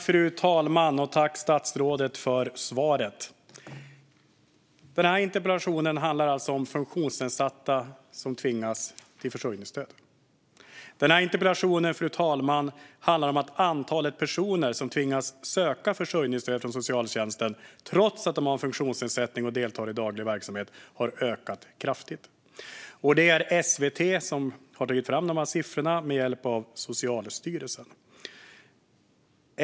Fru talman! Jag tackar statsrådet för svaret. Interpellationen handlar om funktionsnedsatta som tvingas till försörjningsstöd. Interpellationen handlar om att antalet personer som tvingas söka försörjningsstöd från socialtjänsten trots att de har en funktionsnedsättning och deltar i daglig verksamhet har ökat kraftigt. Det är SVT som har tagit fram siffrorna med hjälp av Socialstyrelsen.